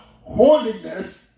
Holiness